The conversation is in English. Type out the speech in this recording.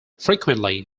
frequently